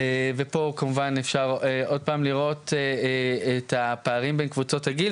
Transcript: ופה כמובן אפשר עוד פעם לראות את הפערים בין קבוצות הגיל,